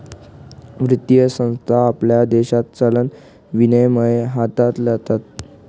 वित्तीय संस्था आपल्या देशात चलन विनिमय हाताळतात